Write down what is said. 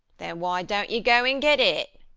then why don't you go and get it?